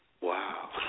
Wow